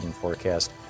Forecast